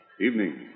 Evening